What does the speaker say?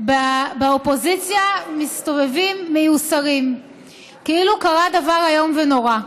באופוזיציה מסתובבים מיוסרים כאילו קרה דבר איום ונורא,